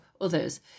others